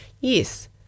yes